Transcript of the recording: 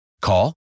Call